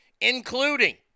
including